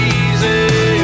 easy